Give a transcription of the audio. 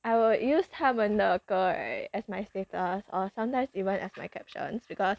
I will use 他们的歌 right as my status or sometimes even as my captions because